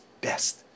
best